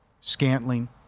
Scantling